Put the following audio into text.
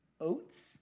oats